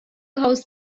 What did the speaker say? house